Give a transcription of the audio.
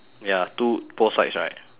ya two both sides right